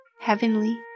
heavenly